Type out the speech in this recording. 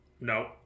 No